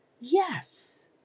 Yes